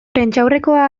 prentsaurrekoa